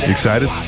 Excited